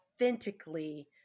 authentically